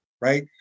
right